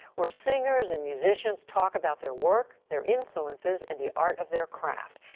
where singers and musicians talk about their work, their influences and the art of their craft.